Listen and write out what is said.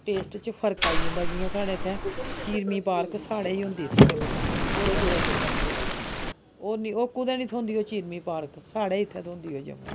ओह् टेस्ट च फर्क आई जंदा जियां साढ़ै इत्थै चीरमी पालक साढ़ै ई होंदी इत्थै जम्मू होर ओह् कुदै नी होंदी होर ओह् कुदै नी थ्होंदी ओह् चीरमी पालक साढ़ै ही इत्थै थ्होंदी ओह् जम्मू